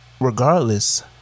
regardless